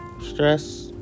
stress